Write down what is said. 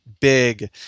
big